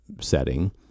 setting